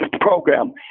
program